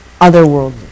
otherworldly